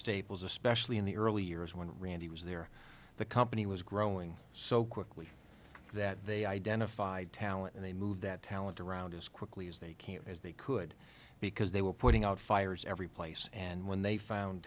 staples especially in the early years when randy was there the company was growing so quickly that they identified talent and they moved that talent around as quickly as they can as they could because they were putting out fires every place and when they found